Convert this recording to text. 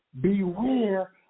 beware